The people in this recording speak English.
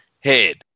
head